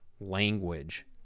language